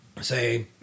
say